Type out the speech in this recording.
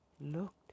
looked